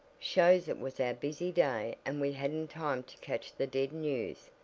shows it was our busy day and we hadn't time to catch the dead news,